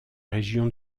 région